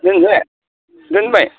दोननोसै दोनबाय